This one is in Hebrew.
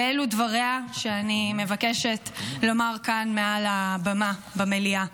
אלו דבריה שאני מבקשת לומר כאן מעל הבמה במליאה: